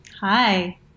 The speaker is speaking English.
Hi